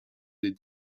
des